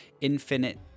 infinite